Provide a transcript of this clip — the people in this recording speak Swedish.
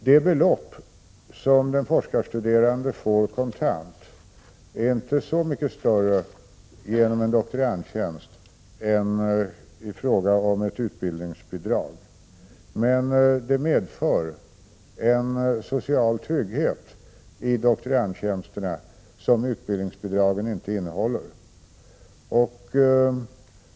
Det belopp som en forskarstuderande får kontant genom en doktorandtjänst är inte så mycket större än det som det blir fråga om genom ett utbildningsbidrag, men doktorandtjänsterna medför en social trygghet som utbildningsbidragen inte ger.